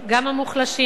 גם המוחלשים,